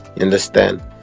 understand